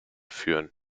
führen